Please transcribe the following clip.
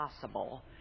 possible